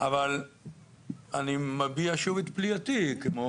אבל אני מביע שוב את פליאתי כמו